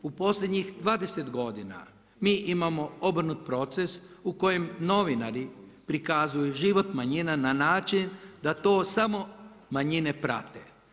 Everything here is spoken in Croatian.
U posljednjih 20 godina mi imamo obrnut proces u kojem novinari prikazuju život manjina na način da to samo manjine prate.